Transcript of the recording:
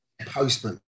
postman